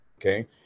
okay